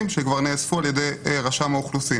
יהיה כתוב.